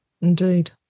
Indeed